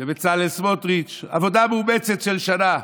לבצלאל סמוטריץ', על עבודה מאומצת של שנה,